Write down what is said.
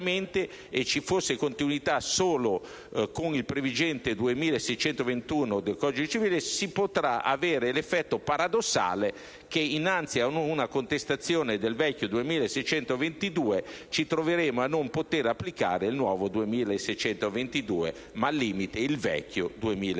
e ci fosse continuità solo con il previgente 2621 del codice civile, si potrebbe avere l'effetto paradossale che innanzi ad una contestazione in base al vecchio 2622 ci troveremmo a non poter applicare il nuovo 2622 ma, al limite, il vecchio 2621.